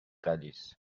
غلیظ